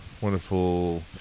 wonderful